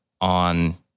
on